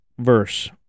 verse